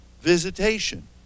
visitation